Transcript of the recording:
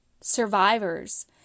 survivors